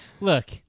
Look